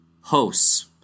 hosts